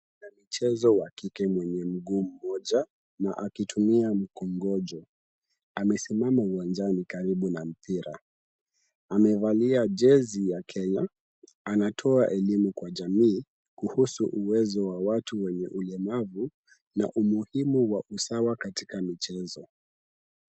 Mwanamichezo wa kike mwenye mguu mmoja na akitumia mkongojo, amesimama uwanjani karibu na mpira. Amevalia jezi ya Kenya, anatoa elimu kwa jamii kuhusu uwezo wa watu wenye ulemavu na umuhimu wa usawa katika michezo.